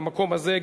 במקום הזה,